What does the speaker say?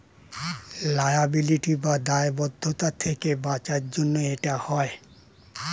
liability বা দায়বদ্ধতা থেকে বাঁচাবার জন্য এটা হয়